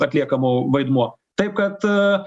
atliekamų vaidmuo taip kad